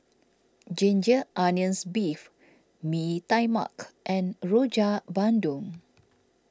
Ginger Onions Beef Mee Tai Mak and Rojak Bandung